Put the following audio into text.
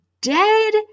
dead